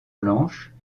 blanches